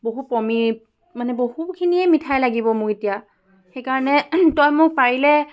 বহু কমেই মানে বহুখিনিয়ে মিঠাই লাগিব মোক এতিয়া সেইকাৰণে তই মোক পাৰিলে